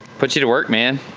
put you to work, man.